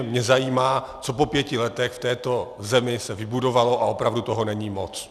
Mě zajímá, co se po pěti letech v této zemi vybudovalo, a opravdu toho není moc.